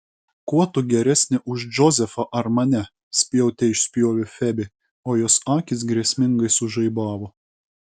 kuo tu geresnė už džozefą ar mane spjaute išspjovė febė o jos akys grėsmingai sužaibavo